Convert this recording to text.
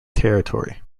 territory